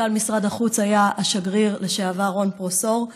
מנכ"ל משרד החוץ היה השגריר לשעבר רון פרושאור.